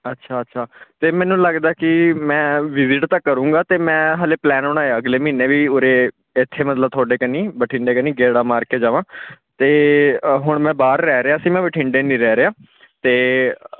ਅੱਛਾ ਅੱਛਾ ਅਤੇ ਮੈਨੂੰ ਲੱਗਦਾ ਕਿ ਮੈਂ ਵਿਜ਼ਿਟ ਤਾਂ ਕਰੂੰਗਾ ਅਤੇ ਮੈਂ ਹਾਲੇ ਪਲੈਨ ਬਣਾਇਆ ਅਗਲੇ ਮਹੀਨੇ ਵੀ ਉਰੇ ਇੱਥੇ ਮਤਲਬ ਤੁਹਾਡੇ ਕੰਨੀ ਬਠਿੰਡੇ ਕੰਨੀ ਗੇੜਾ ਮਾਰ ਕੇ ਜਾਵਾਂ ਅਤੇ ਹੁਣ ਮੈਂ ਬਾਹਰ ਰਹਿ ਰਿਹਾ ਸੀ ਮੈਂ ਬਠਿੰਡੇ ਨਹੀਂ ਰਹਿ ਰਿਹਾ ਅਤੇ